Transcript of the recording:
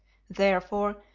therefore,